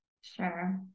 Sure